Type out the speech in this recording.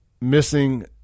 Missing